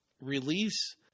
release